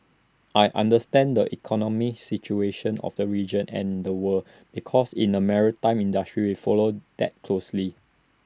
I understand the economic situation of the region and the world because in the maritime industry follow that closely